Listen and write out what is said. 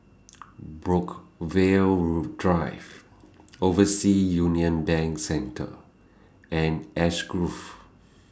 Brookvale Drive Overseas Union Bank Centre and Ash Grove